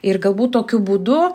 ir galbūt tokiu būdu